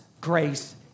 grace